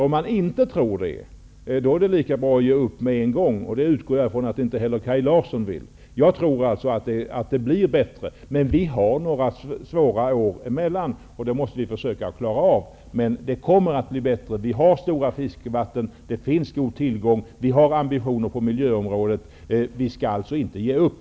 Om man inte tror det, är det lika bra att ge upp med en gång, men det utgår jag från att inte heller Kaj Larsson vill göra. Jag tror alltså att det blir bättre, men vi har några svåra år dessförinnan, och de åren måste vi klara av. Det kommer alltså att bli bättre. Vi har stora fiskevatten, och det finns god tillgång på fisk. Vi har också ambitioner på miljöområdet, och vi skall alltså inte ge upp.